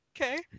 Okay